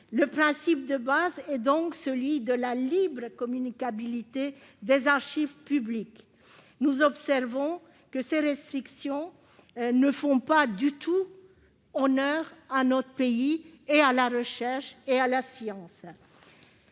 le principe de base est celui de la libre communicabilité des archives publiques. Dès lors, ces restrictions ne font pas du tout honneur à notre pays, à la recherche et à la science